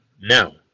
now